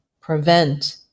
prevent